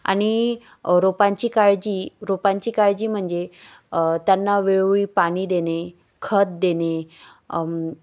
आणि रोपांची काळजी रोपांची काळजी म्हणजे त्यांना वेळोवेळी पाणी देणे खत देणे